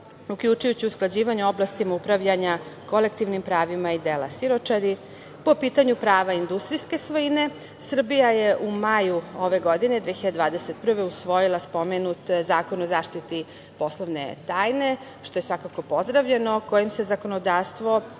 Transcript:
uključujući usklađivanje u oblastima upravljanja kolektivnim pravima i dela siročadi. Po pitanju prava industrijske svojine, Srbija je u maju ove godine 2021. usvojila spomenut Zakona o zaštiti poslovne tajne, što je svakako pozdravljeno, kojim se zakonodavstvo